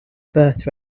birth